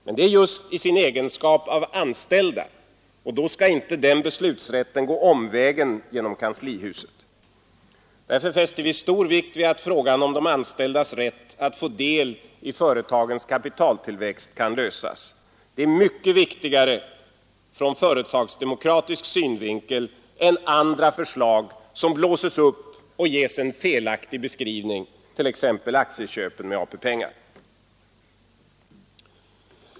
Men det är just i sin egenskap av anställda, och då skall inte den beslutsrätten gå omvägen genom kanslihuset. Därför fäster vi stor vikt vid att frågan om de anställdas rätt att få del i företagens kapitaltillväxt kan lösas. Det är mycket viktigare ur företagsdemokratisk synvinkel än andra förslag som blåses upp och ges en felaktig beskrivning, t.ex. aktieköpen med AP-pengar.